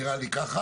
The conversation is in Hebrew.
נראה לי ככה,